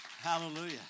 Hallelujah